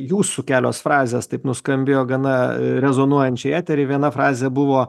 jūsų kelios frazės taip nuskambėjo gana rezonuojančiai etery viena frazė buvo